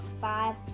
five